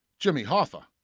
jimmy hoffa.